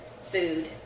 food